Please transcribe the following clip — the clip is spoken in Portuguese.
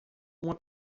uma